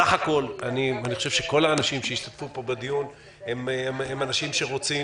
בסך הכול כל האנשים שהבאנו לכאן לדיון הזה והשתתפו בו הם אנשים שרוצים